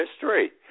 history